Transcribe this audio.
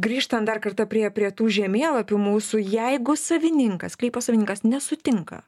grįžtant dar kartą prie prie tų žemėlapių mūsų jeigu savininkas sklypo savininkas nesutinka